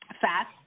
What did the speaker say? Fast